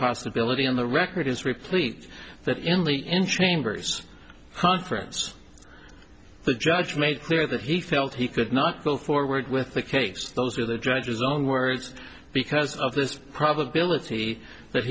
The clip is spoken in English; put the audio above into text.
possibility on the record is replete that in the in chambers hartford's the judge made clear that he felt he could not go forward with the case those were the judge's own words because of this probability that